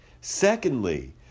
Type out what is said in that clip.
Secondly